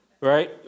right